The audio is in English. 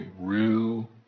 real